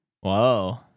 Whoa